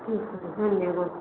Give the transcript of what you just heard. ठीक आहे धन्यवाद